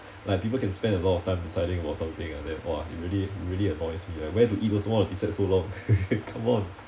like people can spend a lot of time deciding about something and then !wah! it really really annoys me like where to eat also want to decide so long come on